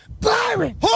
Byron